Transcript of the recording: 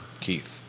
Keith